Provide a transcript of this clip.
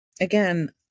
again